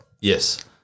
Yes